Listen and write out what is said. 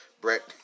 Brett